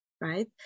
right